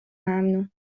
ممنون